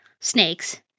snakes